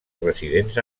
residents